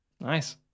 Nice